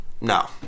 No